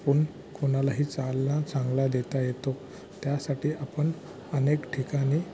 आपण कोणालाही चांगला देता येतो